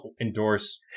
endorse